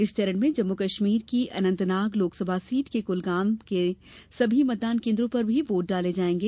इस चरण में जम्मू कश्मीर की अनंतनाग लोकसभा सीट के कुलगाम जिले के सभी मतदान केन्द्रों पर भी वोट डाले जाएंगे